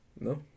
No